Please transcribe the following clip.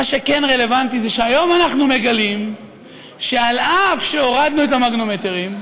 מה שכן רלוונטי זה שהיום אנחנו מגלים שאף שהורדנו את המגנומטרים,